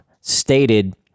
stated